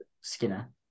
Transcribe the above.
Skinner